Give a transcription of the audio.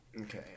Okay